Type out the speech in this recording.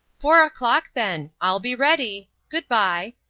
four o'clock, then i'll be ready. good by.